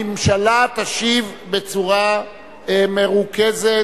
הממשלה תשיב בצורה מרוכזת.